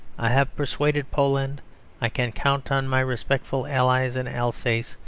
i have persuaded poland i can count on my respectful allies in alsace.